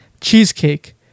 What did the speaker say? Cheesecake